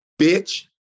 bitch